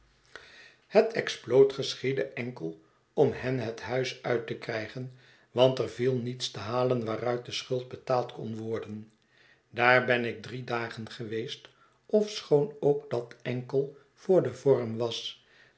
het exploot geschiedde enkel om hen het huis uit te krijgen want er viel niets te halen waaruit de schuld betaald kon worden daar ben ik drie dagen geweest ofschoon ook dat enkel voor den vorm was